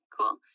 Cool